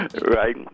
Right